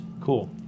Cool